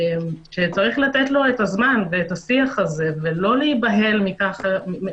שצריך לתת לו את הזמן ואת השיח ולא להיבהל מהעובדה